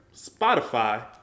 Spotify